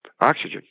oxygen